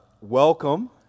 welcome